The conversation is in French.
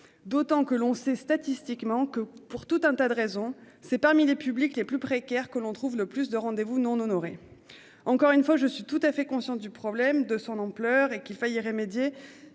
D'autant que l'on sait, statistiquement que pour tout un tas de raisons, c'est parmi les publics les plus précaires que l'on trouve le plus de rendez-vous non honorés. Encore une fois, je suis tout à fait conscient du problème de son ampleur et qu'il faille y remédier.